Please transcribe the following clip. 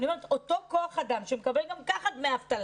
אותו כוח אדם, שמקבל